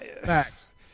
Facts